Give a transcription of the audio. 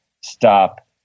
Stop